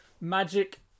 magic